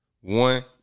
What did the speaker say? one